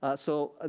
ah so, ah